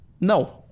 No